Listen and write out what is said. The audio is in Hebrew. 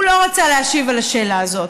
הוא לא רצה להשיב על השאלה הזאת.